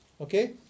Okay